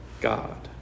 God